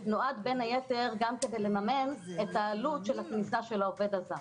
נועד בין היתר גם כדי לממן את העלות של הכניסה של העובד הזר.